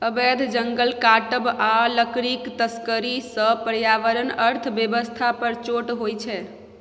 अबैध जंगल काटब आ लकड़ीक तस्करी सँ पर्यावरण अर्थ बेबस्था पर चोट होइ छै